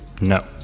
No